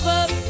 up